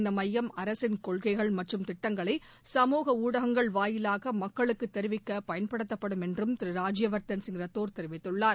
இந்த மையம் அரசின் கொள்கைகள் மற்றும் திட்டங்களை சமூக ஊடகங்கள் வாயிலாக மக்களுக்குத் தெரிவிக்க பயன்படுத்தப்படும் என்றும் திரு ராஜ்யவர்தன் ரத்தோர் தெரிவித்துள்ளார்